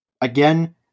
again